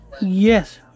Yes